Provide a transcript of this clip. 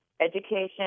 education